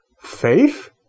faith